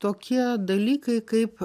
tokie dalykai kaip